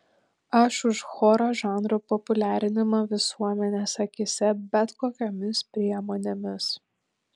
aš už choro žanro populiarinimą visuomenės akyse bet kokiomis priemonėmis